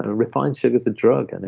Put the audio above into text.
ah refined sugar's a drug. and